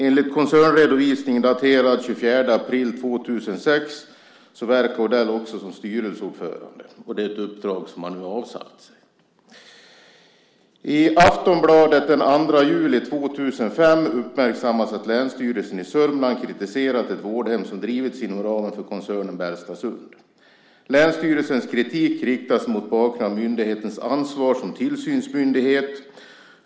Enligt koncernredovisningen, daterad den 24 april 2006, verkar Odell också som styrelseordförande. Det är ett uppdrag som han nu har avsagt sig. I Aftonbladet den 2 juli 2005 uppmärksammades att länsstyrelsen i Södermanland hade kritiserat ett vårdhem som drivits inom ramen för koncernen Bellstasund. Länsstyrelsens kritik riktas mot bakgrund av myndighetens ansvar som tillsynsmyndighet.